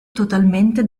totalmente